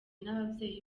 n’ababyeyi